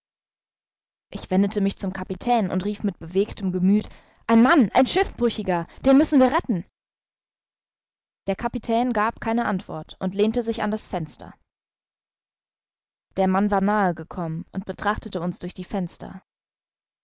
ich wendete mich zum kapitän und rief mit bewegtem gemüth ein mann ein schiffbrüchiger den müssen wir retten der kapitän gab keine antwort und lehnte sich an das fenster der mann war nahe gekommen und betrachtete uns durch die fenster